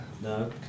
No